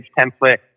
template